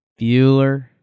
Bueller